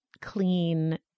clean